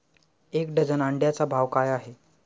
एक डझन अंड्यांचा भाव काय आहे?